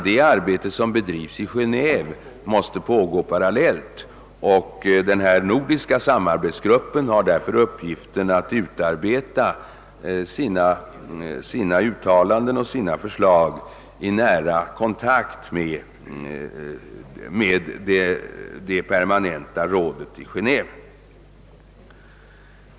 Det arbete som bedrivs i Geneve måste pågå parallellt, och den nordiska samarbetsgruppen har därför uppgiften att utarbeta sina uttalanden och förslag i nära kontakt med det permanenta rådet i Geneve.